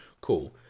cool